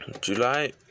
July